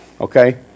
Okay